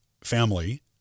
family